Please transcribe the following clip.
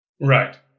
Right